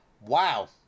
Wow